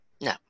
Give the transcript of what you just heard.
No